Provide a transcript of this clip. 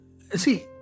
see